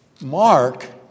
Mark